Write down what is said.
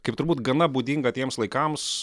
kaip turbūt gana būdinga tiems laikams